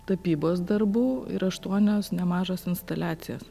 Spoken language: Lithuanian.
tapybos darbų ir aštuonios nemažos instaliacijos